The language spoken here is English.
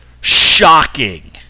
shocking